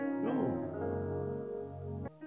No